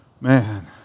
man